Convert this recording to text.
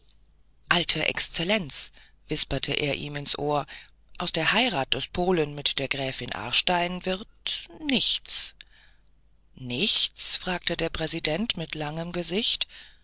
alte exzellenz wisperte er ihm ins ohr aus der heirat des polen mit der gräfin aarstein wird nichts nichts fragte der präsident mit langem gesicht